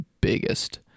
biggest